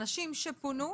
האנשים שפונו,